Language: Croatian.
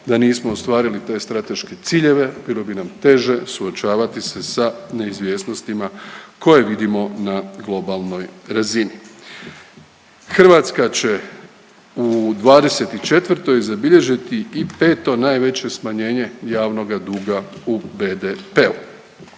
Da nismo ostvarili te strateške ciljeve bilo bi nam teže suočavati se sa neizvjesnostima koje vidimo na globalnoj razini. Hrvatska će u '24. zabilježiti i 5. najveće smanjenje javnoga duga u BDP-u.